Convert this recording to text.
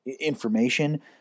information